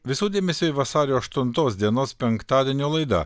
visų dėmesiui vasario aštuntos dienos penktadienio laida